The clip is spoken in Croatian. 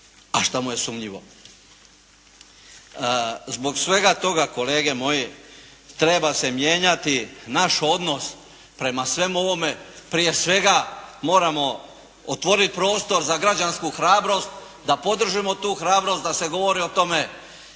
a šta mu je sumnjivo. Zbog svega toga kolege moje treba se mijenjati naš odnos prema svemu ovome, prije svega moramo otvorit prostor za građansku hrabrost da podržimo tu hrabrost da se govori o tome